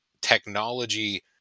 technology